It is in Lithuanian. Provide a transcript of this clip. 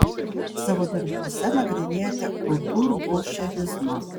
savo darbuose nagrinėjate kultūrbolševizmą